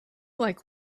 like